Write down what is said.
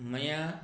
मया